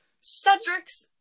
Cedric's